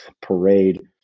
Parade